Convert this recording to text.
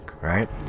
right